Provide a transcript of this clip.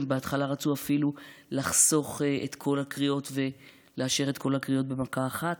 בהתחלה הם רצו אפילו לחסוך את כל הקריאות ולאשר את כל הקריאות במכה אחת.